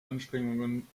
anstrengungen